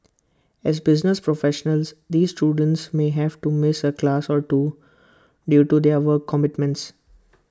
as business professionals these students may have to miss A class or two due to their work commitments